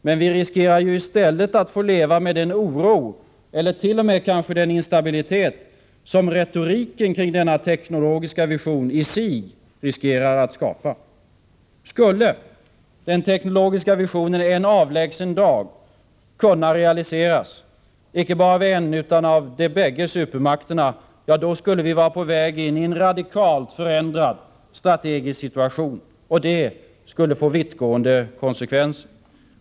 Men vi riskerar i stället att få leva med den oro eller t.o.m. den instabilitet som retoriken kring denna teknologiska vision i sig riskerar att skapa. Skulle den teknologiska visionen en avlägsen dag kunna realiseras, icke bara av en, utan av de bägge supermakterna, då skulle vi vara på väg in i en radikalt förändrad strategisk situation. Detta skulle få vittgående konsekvenser.